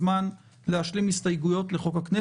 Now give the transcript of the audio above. ניתן זמן להשלים הסתייגויות לחוק הכנסת.